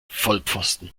vollpfosten